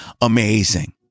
amazing